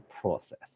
process